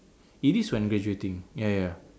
it is when graduating ya ya